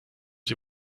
sie